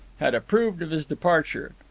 had approved of his departure.